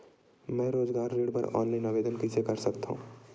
मैं रोजगार ऋण बर ऑनलाइन आवेदन कइसे कर सकथव?